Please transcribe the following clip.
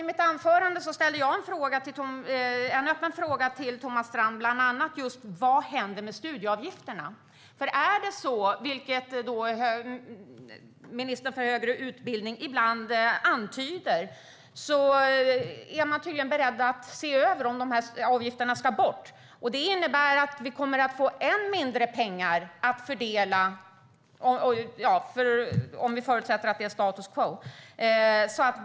I mitt anförande ställde jag en öppen fråga till Thomas Strand som bland annat handlade om: Vad händer med studieavgifterna? Ministern för högre utbildning antyder ibland att man är beredd att se över om de här avgifterna ska bort. Det innebär att vi kommer att få än mindre pengar att fördela, om vi förutsätter att det är status quo.